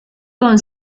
con